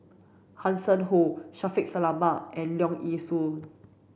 Hanson Ho Shaffiq Selamat and Leong Yee Soo